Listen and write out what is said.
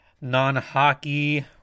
non-hockey